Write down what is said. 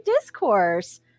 Discourse